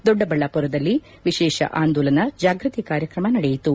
ದೊಡ್ಡಬಳ್ಯಾಪುರದಲ್ಲಿ ವಿಶೇಷ ಆಂದೋಲನ ಜಾಗೃತಿ ಕಾರ್ಯಕ್ರಮ ನಡೆಯಿತು